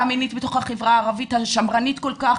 מינית בתוך החברה הערבית השמרנית כל כך.